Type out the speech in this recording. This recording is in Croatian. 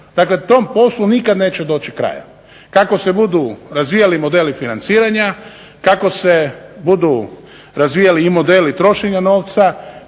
dakle tom poslu nikad neće doći kraj. Kako se budu razvijali modeli financiranja, kako se budu razvijali i modeli trošenja novca